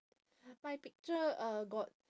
my picture uh got